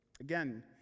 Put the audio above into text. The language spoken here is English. Again